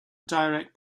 direct